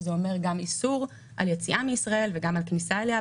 שזה אומר גם איסור על יציאה מישראל וגם על כניסה אליה.